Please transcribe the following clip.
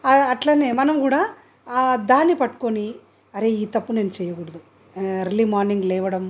అట్లనే మనం కూడా దాన్ని పట్టుకొని అరే ఈ తప్పు నేను చేయకూడదు ఎర్లీ మార్నింగ్ లేవడం